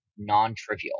non-trivial